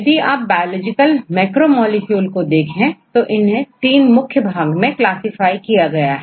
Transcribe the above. यदि आप biological macromolecule को देखें तो इन्हें तीन मुख्य भाग में क्लासिफाई किया है